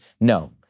No